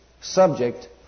subject